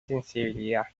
sensibilidad